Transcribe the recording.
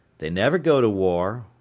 they never go to war,